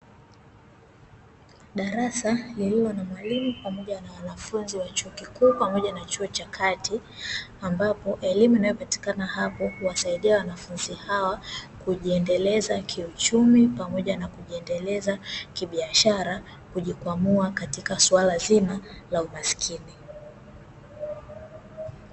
Darasa lilio na mwalimu pamoja na wanafunzi wa chuo kikuu pamoja na chuo cha kati, ambapo elimu inayopatikana hapo huwasaidia wanafunzi hawa kujiendeleza kiuchumi, pamoja na kujiendeleza kibiashara, kujikwamua katika swala zima la umasikini.